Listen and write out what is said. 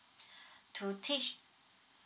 to teach